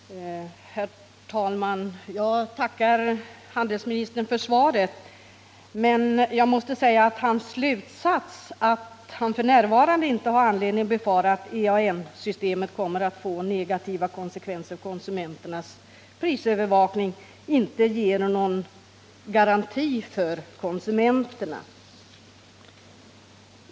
Herr talman! Jag tackar handelsministern för svaret. Men jag måste säga att handelsministerns slutsats, att han f.n. inte har anledning att befara att EAN-systemet kommer att få negativa konsekvenser för konsumenternas prisövervakning, inte ger någon garanti för konsumenterna.